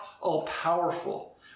all-powerful